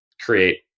create